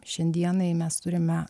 šiandienai mes turime